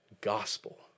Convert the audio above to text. gospel